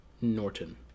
Norton